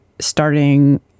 starting